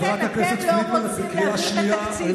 כמו מטולה.